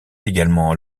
également